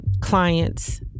clients